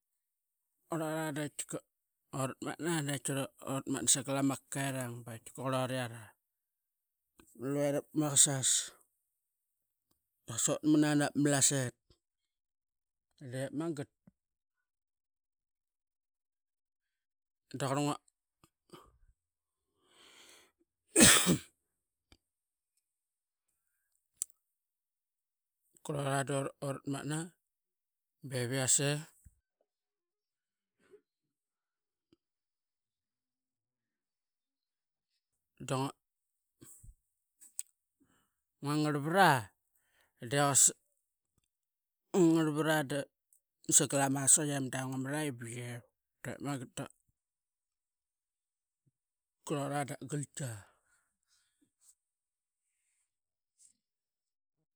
Qurora doratmatna uratmatna sangal ama kakaut irang luera vat maqasas i qasotmana navat ma malasaet dep magat da qar qurora doratmatna bevias ee dangua ngarvat aa ngua ngat vat aa da sangal ama saw-qi i ma da ngua ma raqi ba yie vuk dep magat duqurora dap galtkia.